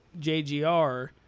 JGR